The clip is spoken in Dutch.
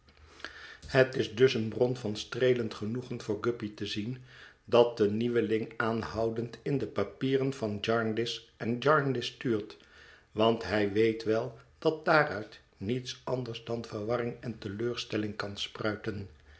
het is dus eene bron van streelend genoegen voor guppy te zien dat de nieuweling aanhoudend in de papieren van jarndyce en jarndyce tuurt want hij weet wel dat daaruit niets anders dan verwarring en teleurstelling kan spruiten